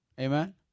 Amen